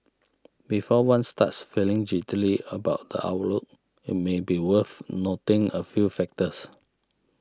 before one starts feeling jittery about the outlook it may be worth noting a few factors